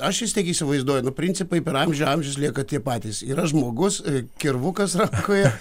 aš vis tiek įsivaizduoju nu principai per amžių amžius lieka tie patys yra žmogus kirvukas rankoje